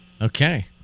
Okay